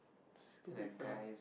stupid fella